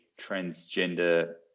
transgender